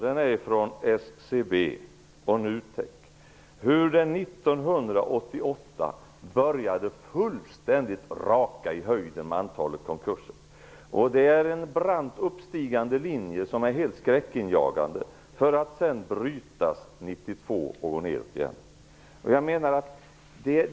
Den är från SCB och NUTEK och visar hur antalet konkurser började raka i höjden 1988. Det är en brant uppstigande linje som är helt skräckinjagande. 1992 bröts den och började gå nedåt igen.